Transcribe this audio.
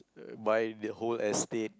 uh buy the whole estate